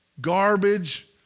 garbage